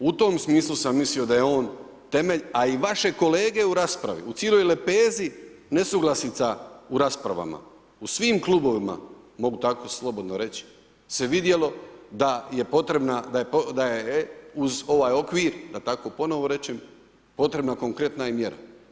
U tom smislu sam mislio da je on temelj a i vaše kolege u raspravi, u cijeloj lepezi nesuglasica u raspravama, u svim klubovima, mogu tako slobodno reći se vidjelo da je uz ovaj okvir da tako ponovno rečem, potrebna konkretna i mjera.